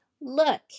Look